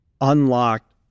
unlocked